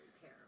care